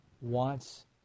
wants